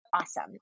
awesome